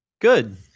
Good